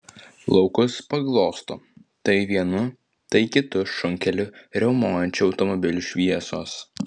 laukus paglosto tai vienu tai kitu šunkeliu riaumojančių automobilių šviesos